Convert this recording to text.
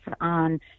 on